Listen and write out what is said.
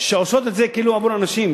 שעושות את זה כאילו עבור אנשים.